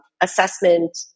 assessment